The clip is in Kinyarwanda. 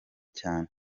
cyane